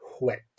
wet